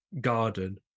garden